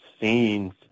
scenes